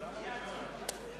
נשיא המדינה ולשכתו,